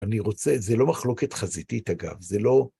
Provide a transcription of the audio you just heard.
אני רוצה, זה לא מחלוקת חזיתית אגב, זה לא...